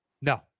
No